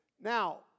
Now